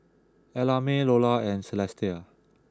Ellamae Lola and Celestia